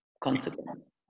consequence